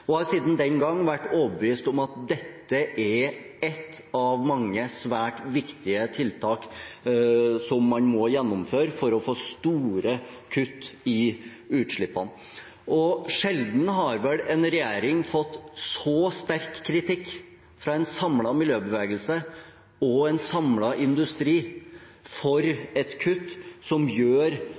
og har siden den gang vært overbevist om at dette er ett av mange svært viktige tiltak som man må gjennomføre for å få store kutt i utslippene. Sjelden har vel en regjering fått så sterk kritikk, fra en samlet miljøbevegelse og en samlet industri, for et kutt som gjør